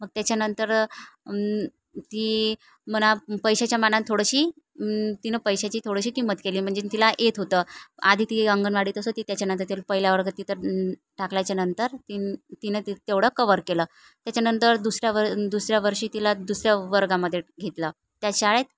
मग त्याच्यानंतर ती मना पैशाच्या मानानं थोडंशी तिनं पैशाची थोडीशी किंमत केली म्हणजे तिला येत होतं आधी ती अंगणवाडीतच होती त्याच्यानंतर तिथे पहिल्या वर्गात तिथं टाकल्याच्यानंतर तीन तिनं ती तेवढं कवर केलं त्याच्यानंतर दुसऱ्या वर दुसऱ्या वर्षी तिला दुसऱ्या वर्गामध्ये घेतलं त्याच शाळेत